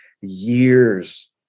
years